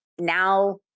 now